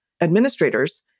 administrators